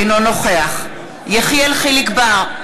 אינו נוכח יחיאל חיליק בר,